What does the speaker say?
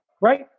right